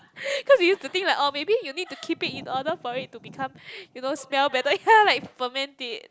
cause we used to think like oh maybe you need to keep it in order for it to become you know smell better ya like ferment it